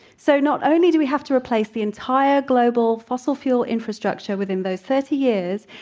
so not only do we have to replace the entire global fossil fuel infrastructure within those thirty years,